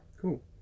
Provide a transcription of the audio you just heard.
Cool